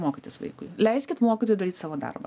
mokytis vaikui leiskit mokytojui daryt savo darbą